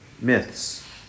myths